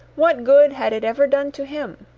what good had it ever done to him?